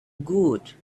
good